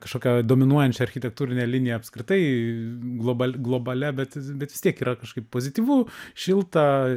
kažkokia dominuojančia architektūrine linija apskritai global globalia bet z bet vis tiek yra kažkaip pozityvu šilta